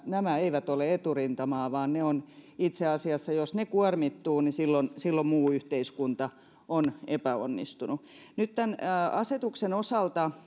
nämä eivät ole eturintamaa vaan itse asiassa jos ne kuormittuvat niin silloin silloin muu yhteiskunta on epäonnistunut tämän asetuksen osalta